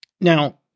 Now